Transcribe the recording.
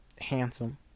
handsome